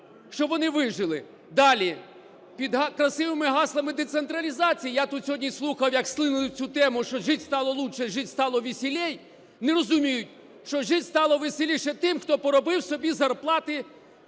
щоб вони вижили. Далі. Під красивими гаслами децентралізації, я тут сьогодні і слухав, як слинили цю тему, що "жить стало лучше и жить стало веселей", не розуміють, що жити стало веселіше тим, хто поробив собі зарплати